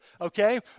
okay